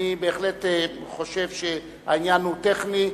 אני בהחלט חושב שהעניין הוא טכני,